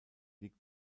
liegt